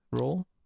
role